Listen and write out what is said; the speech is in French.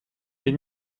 des